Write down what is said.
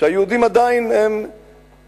היהודים הם עדיין כ-80%.